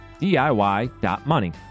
DIY.money